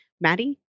Maddie